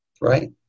Right